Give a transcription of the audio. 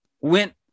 went